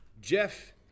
jeff